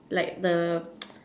like the